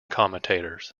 commentators